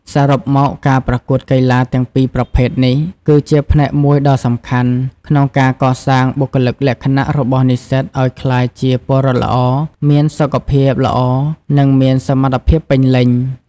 សរុបមក ការប្រកួតកីឡាទាំងពីរប្រភេទនេះ គឺជាផ្នែកមួយដ៏សំខាន់ក្នុងការកសាងបុគ្គលិកលក្ខណៈរបស់និស្សិតឱ្យក្លាយជាពលរដ្ឋល្អ មានសុខភាពល្អ និងមានសមត្ថភាពពេញលេញ។